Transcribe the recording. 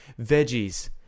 veggies